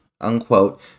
unquote